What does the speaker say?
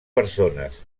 persones